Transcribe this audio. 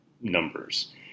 numbers